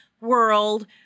world